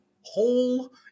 whole